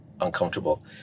uncomfortable